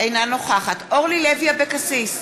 אינה נוכחת אורלי לוי אבקסיס,